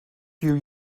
few